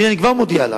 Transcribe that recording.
והנה אני כבר מודיע לך: